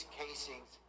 casings